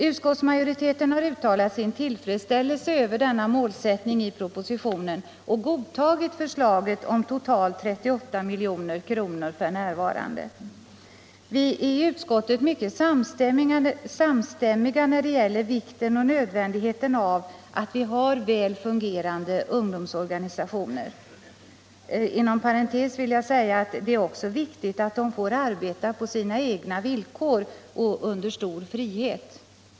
Utskottsmajoriteten har uttalat sin tillfredsställelse över denna målsättning i propositionen och godtagit förslaget om totalt 38 milj.kr. f.n. Vi är i utskottet mycket sam domsorganisatio stämmiga när det gäller vikten och nödvändigheten av att vi har fungerande ungdomsorganisationer. Inom parentes vill jag säga att det också är viktigt att de får arbeta på sina egna villkor och under stor frihet.